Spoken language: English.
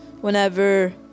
whenever